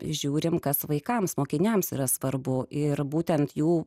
žiūrime kas vaikams mokiniams yra svarbu ir būtent jų